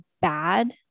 bad